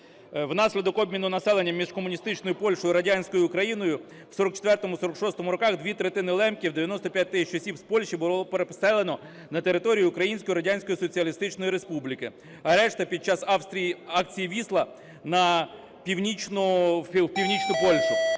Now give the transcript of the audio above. Внаслідок обміну населенням між комуністичною Польщею і радянською Україною в 44-46-му роках дві третини лемків, 95 тисяч осіб з Польщі було переселено на територію Української Радянської Соціалістичної Республіки, а решта під час акції "Вісла" – в північну Польщу.